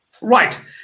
Right